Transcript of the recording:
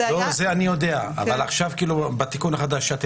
את זה אני יודע אבל עכשיו בתיקון החדש.